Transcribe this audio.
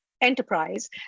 enterprise